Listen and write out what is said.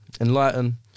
enlighten